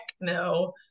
no